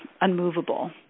unmovable